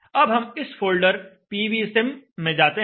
अब हम इस फोल्डर PVsim में जाते हैं